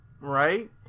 Right